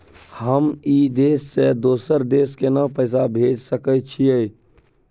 हम ई देश से दोसर देश केना पैसा भेज सके छिए?